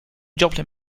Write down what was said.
joplin